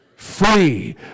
free